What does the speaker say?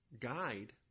guide